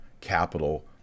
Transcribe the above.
capital